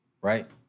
right